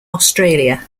australia